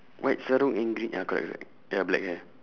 white sarung and green ya correct correct ya black hair